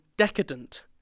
decadent